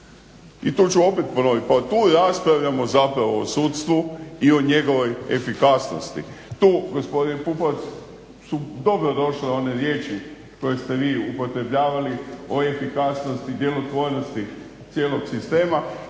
I tu ću opet ponoviti pa otud raspravljamo zapravo o sudstvu i o njegovoj efikasnosti. Tu gospodin Pupovac su dobrodošle one riječi koje ste vi upotrebljavali o efikasnosti, djelotvornosti cijelog sistema